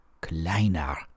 kleiner